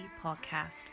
podcast